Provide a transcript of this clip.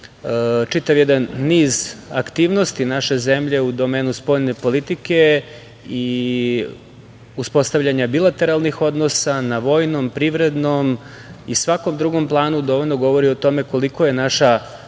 čitav jedan niz aktivnosti naše zemlje u domenu spoljne politike i uspostavljanja bilateralnih odnosa na vojnom, privrednom i svakom drugom planu, dovoljno govori o tome koliko je naša